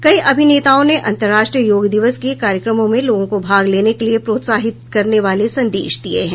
कई अभिनेताओं ने अंतर्राष्ट्रीययोग दिवस के कार्यक्रमों में लोगों को भाग लेने के लिए प्रोत्साहित करने वाले संदेशदिए हैं